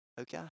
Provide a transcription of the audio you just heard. Okay